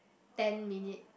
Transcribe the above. ten minute